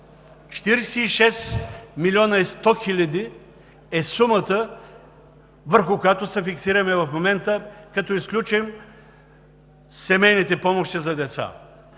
ефект е 100 хил. лв. Сумата, върху която се фиксираме в момента, като изключим семейните помощи за деца,